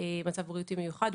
מצב בריאותי מיוחד.